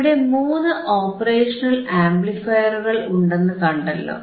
ഇവിടെ മൂന്ന് ഓപ്പറേഷണൽ ആംപ്ലിഫയറുകൾ ഉണ്ടെന്നു കണ്ടല്ലോ